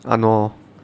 !hannor!